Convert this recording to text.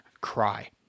cry